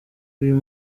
uyu